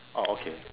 oh okay